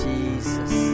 Jesus